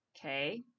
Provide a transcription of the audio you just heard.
Okay